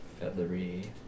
feathery